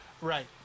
Right